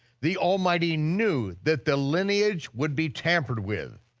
the almighty knew that the lineage would be tampered with.